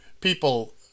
people